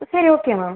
சரி okay ma'am